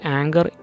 anger